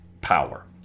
power